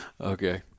okay